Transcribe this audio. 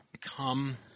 Come